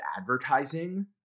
advertising